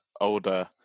older